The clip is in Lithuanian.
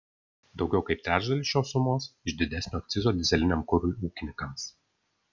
daugiau kaip trečdalis šios sumos iš didesnio akcizo dyzeliniam kurui ūkininkams